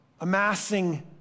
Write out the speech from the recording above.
amassing